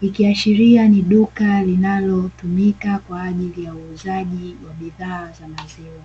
ikiashiria ni duka linalotumika kwa ajili ya uuzaji wa bidhaa za maziwa.